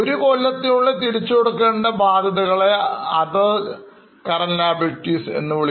ഒരു കൊല്ലത്തിനുള്ളിൽ തിരിച്ചു കൊടുക്കേണ്ട ബാധ്യതകളാണ് other current liabilities